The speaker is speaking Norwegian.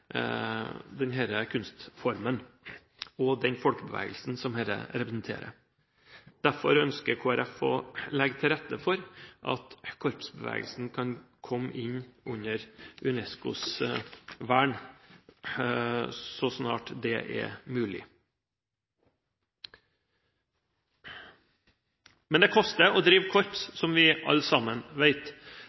den kunstformen og folkebevegelsen som dette representerer. Derfor ønsker Kristelig Folkeparti å legge til rette for at korpsbevegelsen kan komme inn under UNESCOs vern så snart det er mulig. Men det koster å drive korps, som vi alle sammen